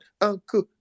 Uncle